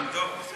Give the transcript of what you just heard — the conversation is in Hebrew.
טוב, בסדר.